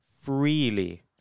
freely